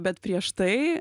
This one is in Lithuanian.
bet prieš tai